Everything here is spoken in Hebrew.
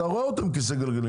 אתה רואה אדם על כיסא גלגלים.